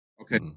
okay